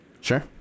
Sure